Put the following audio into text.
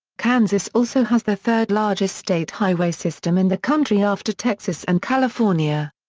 kansas also has the third largest state highway system in the country after texas and california.